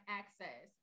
access